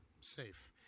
safe